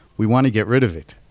we want to get rid of it.